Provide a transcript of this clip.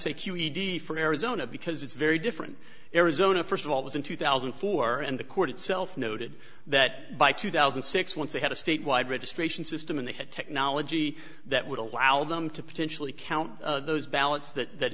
d for arizona because it's very different arizona first of all was in two thousand and four and the court itself noted that by two thousand and six once they had a statewide registration system and they had technology that would allow them to potentially count those ballots that